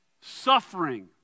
suffering